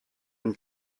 und